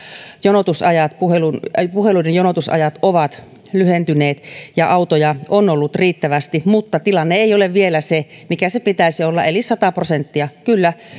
puheluiden puheluiden jonotusajat ovat lyhentyneet ja autoja on ollut riittävästi mutta tilanne ei ole vielä se mikä sen pitäisi olla eli sata prosenttia kyllä